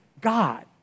God